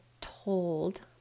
told